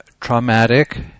traumatic